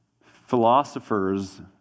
philosophers